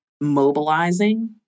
mobilizing